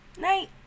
Night